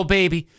baby